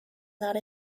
not